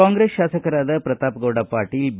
ಕಾಂಗ್ರೆಸ್ ಶಾಸಕರಾದ ಪ್ರತಾಪ್ಗೌಡ ಪಾಟೀಲ್ ಬಿ